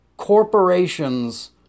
corporations